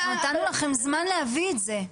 אנחנו נתנו לכם זמן להביא את זה.